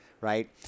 right